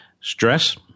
Stress